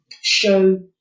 show